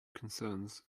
concerns